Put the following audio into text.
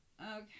Okay